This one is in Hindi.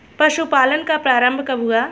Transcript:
पशुपालन का प्रारंभ कब हुआ?